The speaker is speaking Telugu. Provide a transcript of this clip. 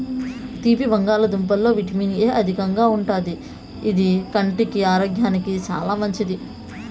తీపి బంగాళదుంపలలో విటమిన్ ఎ అధికంగా ఉంటాది, ఇది కంటి ఆరోగ్యానికి చానా మంచిది